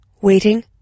waiting